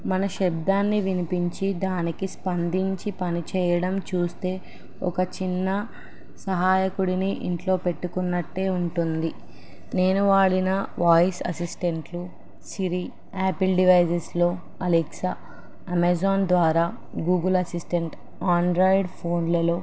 మన శబ్దాన్ని వినిపించి దానికి స్పందించి పనిచేయడం చూస్తే ఒక చిన్న సహాయకుడిని ఇంట్లో పెట్టుకున్నట్టే ఉంటుంది నేను వాడిన వాయిస్ అసిస్టెంట్లు సిరి యాపిల్ డివైసెస్లో అలెక్సా అమెజాన్ ద్వారా గూగుల్ అసిస్టెంట్ ఆండ్రాయిడ్ ఫోన్లలో